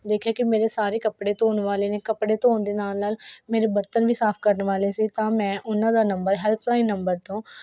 ਦੇਖਿਆ ਕਿ ਮੇਰੇ ਸਾਰੇ ਕੱਪੜੇ ਧੋਣ ਵਾਲੇ ਨੇ ਕੱਪੜੇ ਧੋਣ ਦੇ ਨਾਲ ਨਾਲ ਮੇਰੇ ਬਰਤਨ ਵੀ ਸਾਫ ਕਰਨ ਵਾਲੇ ਸੀ ਤਾਂ ਮੈਂ ਉਹਨਾਂ ਦਾ ਨੰਬਰ ਹੈਲਪਲਾਈਨ ਨੰਬਰ ਤੋਂ